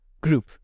group